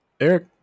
Eric